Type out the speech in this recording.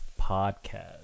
podcast